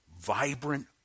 vibrant